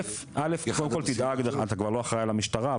אתה כבר לא אחראי על המשטרה,